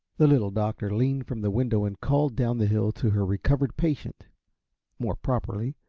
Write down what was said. the little doctor leaned from the window and called down the hill to her recovered patient more properly,